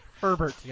Herbert